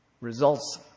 results